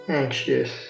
anxious